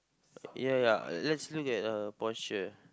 ya ya let's look at uh posture